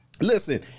Listen